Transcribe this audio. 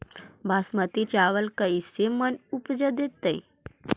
बासमती चावल कैसे मन उपज देतै?